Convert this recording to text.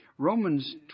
Romans